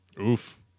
Oof